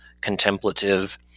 contemplative